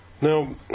now